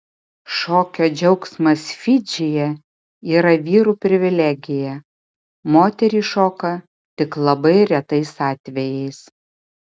šokio džiaugsmas fidžyje yra vyrų privilegija moterys šoka tik labai retais atvejais